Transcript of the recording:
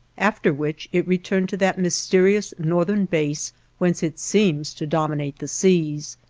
after which it returned to that mysterious northern base whence it seems to dominate the seas.